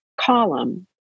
column